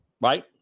right